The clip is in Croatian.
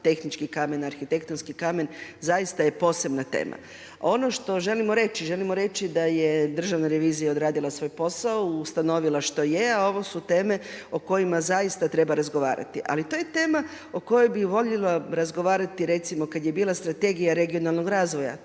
tehnički kamen, arhitektonski kamen zaista je posebna tema. Ono što želimo reći, želimo reći da je Državna revizija odradila svoj posao, ustanovila što je, a ovo su teme o kojima treba razgovarati. Ali to je tema o kojoj bi voljela razgovarati recimo kada je bila Strategija regionalnog razvoja